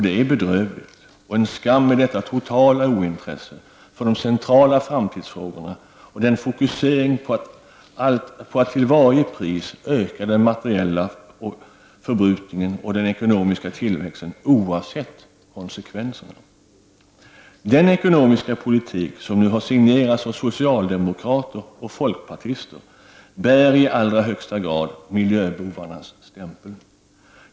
Det är bedrövligt och en skam med detta totala ointresse för de centrala framtidsfrågorna och denna fokusering på att till varje pris öka den materiella förbrukningen och den ekonomiska tillväxten, oavsett konsekvenserna. Den ekonomiska politik som nu har signerats av socialdemokrater och folkpartister bär i allra högsta grad miljöbovarnas stämpel.